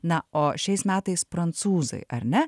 na o šiais metais prancūzai ar ne